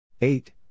eight